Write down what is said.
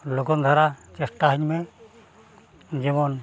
ᱞᱚᱜᱚᱱ ᱫᱷᱟᱨᱟ ᱪᱮᱥᱴᱟᱣᱟᱹᱧ ᱡᱮᱢᱚᱱ